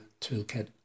toolkit